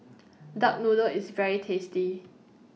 Duck Noodle IS very tasty